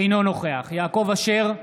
אינו נוכח יעקב אשר,